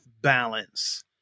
balance